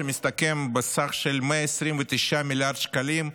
שמסתכם בסך של 129 מיליארד שקלים,